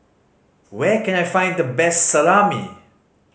where can I find the best Salami